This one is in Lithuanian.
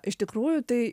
iš tikrųjų tai